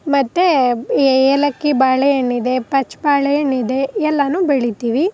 ಮತ್ತು ಏಲಕ್ಕಿ ಬಾಳೆ ಹಣ್ಣಿದೆ ಪಚ್ಚ ಬಾಳೆ ಹಣ್ಣಿದೆ ಎಲ್ಲನೂ ಬೆಳಿತೀವಿ